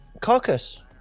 Carcass